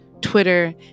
Twitter